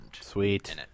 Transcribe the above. Sweet